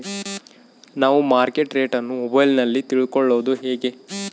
ನಾವು market rate ಅನ್ನು ಮೊಬೈಲಲ್ಲಿ ತಿಳ್ಕಳೋದು ಹೇಗೆ?